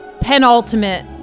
penultimate